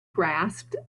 grasped